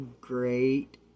great